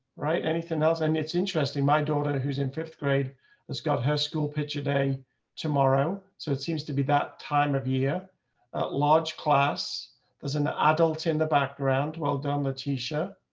right, anything else. and it's interesting. my daughter who's in fifth grade has got her school pitcher day tomorrow. so it seems to be that time of year large class does an adult in the background. well done. leticia